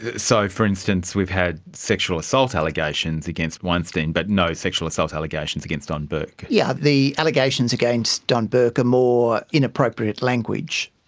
so, for instance, we've had sexual assault allegations against weinstein but no sexual assault allegations against don burke. yes, yeah the allegations against don burke are more inappropriate language.